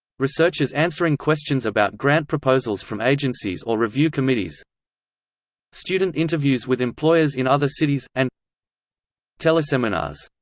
researchers answering questions about grant proposals from agencies or review committees student interviews with employers in other cities, and teleseminars.